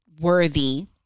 Worthy